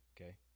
Okay